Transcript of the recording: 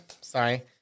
sorry